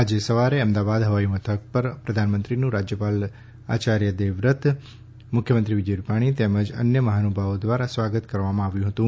આજે સવારે અમદાવાદ હવાઈમથક પર પ્રધાનમંત્રીનું રાજ્યપાલ દેવવ્રત આચાર્ય મુખ્યમંત્રી વિજય રૂપાણી તેમજ અન્ય મહાનુભાવો દ્વારા સ્વાગત કરાયું હતું